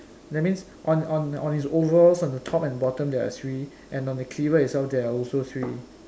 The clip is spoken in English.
that means on on on his overalls on the top and bottom there are three and on the cleaver itself there are also three